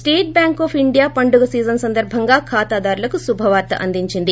state bank of India SBI పండుగ season సందర్బంగా ఖాతాదారులకు శుభవార్త అందించింది